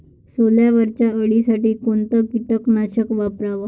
सोल्यावरच्या अळीसाठी कोनतं कीटकनाशक वापराव?